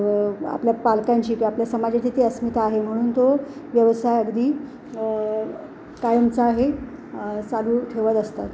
आपल्या पालकांची किंवा आपल्या समाजाची ती अस्मिता आहे म्हणून तो व्यवसाय अगदी कायमचा हे चालू ठेवत असतात